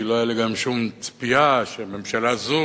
כי לא היתה לי גם שום ציפייה שממשלה זו,